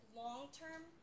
long-term